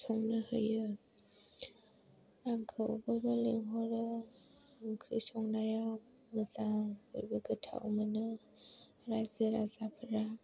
संनो होयो आंखौ बयबो लेंहरो ओंख्रि संनायाव मोजां बयबो गोथाव मोनो राइजो राजाफोरा